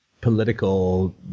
political